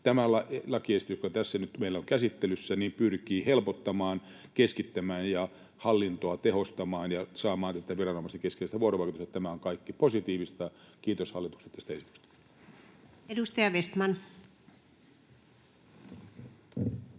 Tämä lakiesitys, joka tässä nyt meillä on käsittelyssä, pyrkii helpottamaan, keskittämään ja hallintoa tehostamaan ja saamaan tätä viranomaisen keskinäistä vuorovaikutusta. Tämä on kaikki positiivista, kiitos hallitukselle tästä esityksestä. Edustaja Vestman.